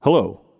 Hello